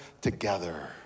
together